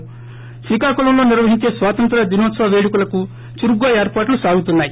ప్ర శ్రీకాకుళంలో నిర్వహించే స్వాతంత్ర దినోత్సవ పేడుకలకు చురుగ్గా ఏర్పాట్లు సాగుతున్నాయి